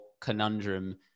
conundrum